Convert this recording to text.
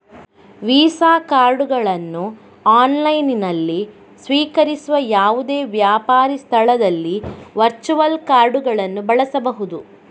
visa ಕಾರ್ಡುಗಳನ್ನು ಆನ್ಲೈನಿನಲ್ಲಿ ಸ್ವೀಕರಿಸುವ ಯಾವುದೇ ವ್ಯಾಪಾರಿ ಸ್ಥಳದಲ್ಲಿ ವರ್ಚುವಲ್ ಕಾರ್ಡುಗಳನ್ನು ಬಳಸಬಹುದು